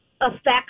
affects